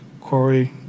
Corey